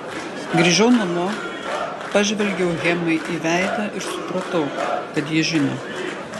grįžau namo pažvelgiau hemai į veidą ir supratau kad ji žino